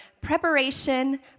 preparation